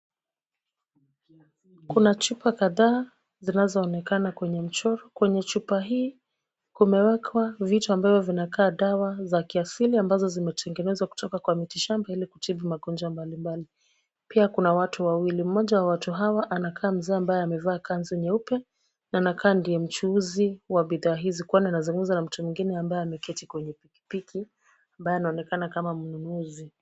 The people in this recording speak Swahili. Kuna chupa kadhaa zinazoonekana kwenye mchoro. Chupa hii kumewekwa vitu ambavyo vinakaa dawa za kiasili ambazo zimetengenezwa kutoka kwenye mitishamba ili kutibu magonjwa mbalimbali. Pia kuna watu wawili. Mmoja wa watu hawa anakaa mzee ambaye amevaa kanzu nyeupe na anakaa ni mchuuzi wa bidhaa hizo kwani anaongea na mtu mwingine aliyekaa kwenye pikipiki ambaye anaonekana kama mnunuzi.